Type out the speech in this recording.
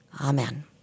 Amen